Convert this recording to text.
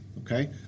Okay